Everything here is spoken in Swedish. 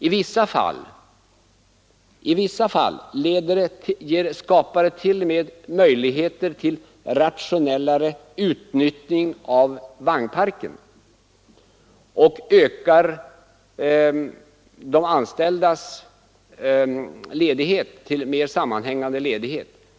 I vissa fall skapar förbudet t.o.m. möjligheter till ett mera rationellt utnyttjande av vagnparken och ökar möjlighererna till en sammanhängande ledighet för de anställda.